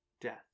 death